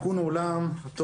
- תיקון עולם,